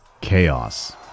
Chaos